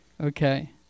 Okay